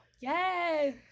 Yes